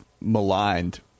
maligned